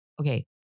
Okay